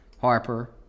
Harper